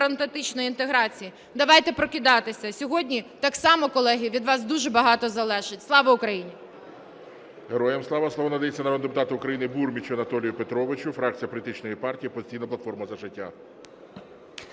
євроатлантичної інтеграції. Давайте прокидатися. Сьогодні так само, колеги, від вас дуже багато залежить. Слава Україні!